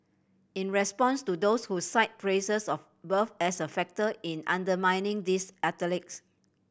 in response to those who cite places of birth as a factor in undermining these athletes